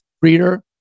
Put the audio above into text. breeder